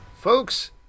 Folks